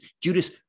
Judas